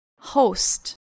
host